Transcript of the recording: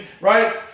right